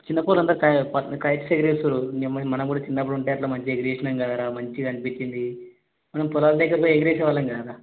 చిన్నపోరులంతా కై ప కైట్స్ ఎగరేస్తున్నారు నీయమ్మ మనం కూడా చిన్నప్పుడు ఉంటే అలా మంచిగా ఎగరేసాము కదరా మంచిగా అనిపించింది మనం పొలాల దగ్గరకు పోయి ఎగురవేసే వాళ్ళము కదరా